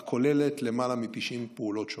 הכוללת למעלה מ-90 פעולות שונות.